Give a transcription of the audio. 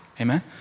Amen